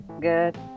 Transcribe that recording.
Good